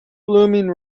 blooming